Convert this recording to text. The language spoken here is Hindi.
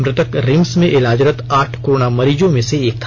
मृतक रिम्स में इलाजरत आठ कोरोना मरीजों में से एक था